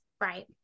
Right